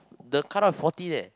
the cut off forty leh